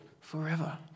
forever